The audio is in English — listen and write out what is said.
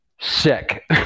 sick